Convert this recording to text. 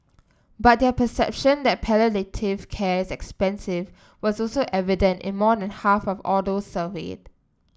but their perception that palliative care is expensive was also evident in more than half of all those surveyed